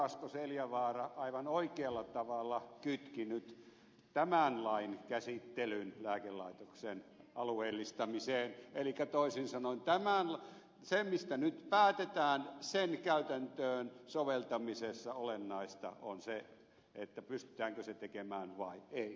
asko seljavaara aivan oikealla tavalla kytki nyt tämän lain käsittelyn lääkelaitoksen alueellistamiseen elikkä toisin sanoen sen käytäntöön soveltamisessa mistä nyt päätetään olennaista on se pystytäänkö se tekemään vai ei